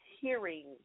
hearing